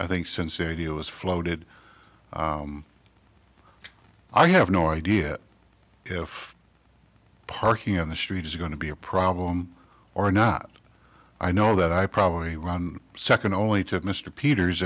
i think since the idea was floated i have no idea if parking on the street is going to be a problem or not i know that i probably run second only to mr peters